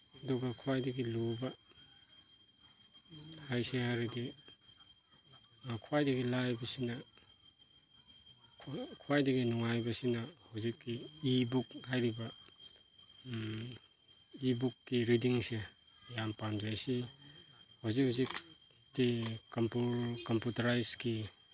ꯑꯗꯨꯒ ꯈ꯭ꯋꯥꯏꯗꯒꯤ ꯂꯨꯕ ꯍꯥꯏꯁꯤ ꯍꯥꯏꯔꯗꯤ ꯈ꯭ꯋꯥꯏꯗꯒꯤ ꯂꯥꯏꯕꯁꯤꯅ ꯈ꯭ꯋꯥꯏꯗꯒꯤ ꯅꯨꯡꯉꯥꯏꯕꯁꯤꯅ ꯍꯧꯖꯤꯛꯀꯤ ꯏ ꯕꯨꯛ ꯍꯥꯏꯔꯤꯕ ꯏ ꯕꯨꯛꯀꯤ ꯔꯤꯗꯤꯡꯁꯦ ꯌꯥꯝ ꯄꯥꯝꯖꯩ ꯁꯤ ꯍꯧꯖꯤꯛ ꯍꯧꯖꯤꯛꯇꯤ ꯀꯝꯄꯨꯇꯔꯥꯏꯁꯀꯤ